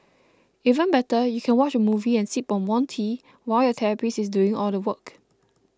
even better you can watch a movie and sip on warm tea while your therapist is doing all the work